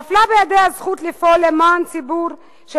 נפלה בידיה הזכות לפעול למען ציבור של